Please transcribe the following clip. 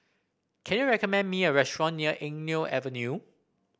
can you recommend me a restaurant near Eng Neo Avenue